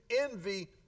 envy